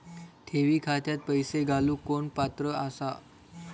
ठेवी खात्यात पैसे घालूक कोण पात्र आसा?